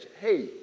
Hey